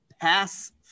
pass-